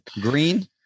Green